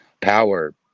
power